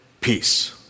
peace